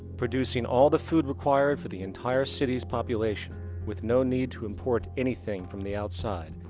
producing all the food required for the entire city's population with no need to import anything from the outside,